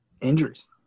Injuries